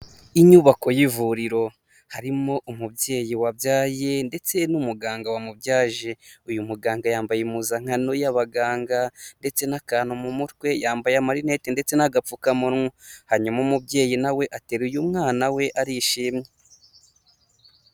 Inyubako y'ivuriro, harimo umubyeyi wabyaye ndetse n'umuganga wamubyaje, uyu muganga yambaye impuzankano y'abaganga ndetse n'akantu mu mutwe, yambaye amarinete ndetse n'agapfukamunwa, hanyuma umubyeyi na we ateruye mwana we, arishimye.